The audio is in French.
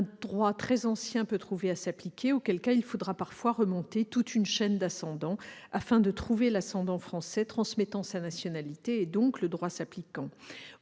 un droit très ancien peut trouver à s'appliquer, auquel cas il faut parfois remonter toute une chaîne d'ascendants pour trouver l'ascendant français transmettant sa nationalité et, donc, le droit qui s'applique.